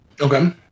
Okay